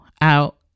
out